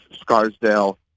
Scarsdale